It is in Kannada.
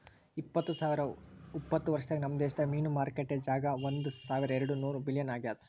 ಇಪ್ಪತ್ತು ಸಾವಿರ ಉಪತ್ತ ವರ್ಷದಾಗ್ ನಮ್ ದೇಶದ್ ಮೀನು ಮಾರುಕಟ್ಟೆ ಜಾಗ ಒಂದ್ ಸಾವಿರ ಎರಡು ನೂರ ಬಿಲಿಯನ್ ಆಗ್ಯದ್